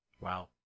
wow